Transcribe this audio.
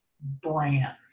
brand